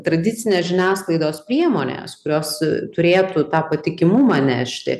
tradicinės žiniasklaidos priemonės kurios turėtų tą patikimumą nešti